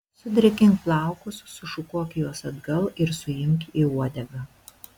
sudrėkink plaukus sušukuok juos atgal ir suimk į uodegą